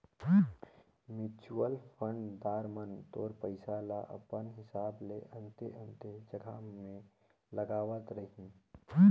mutual fund दार मन तोर पइसा ल अपन हिसाब ले अन्ते अन्ते जगहा में लगावत रहीं